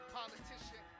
politician